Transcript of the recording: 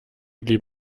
blieb